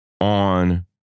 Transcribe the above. on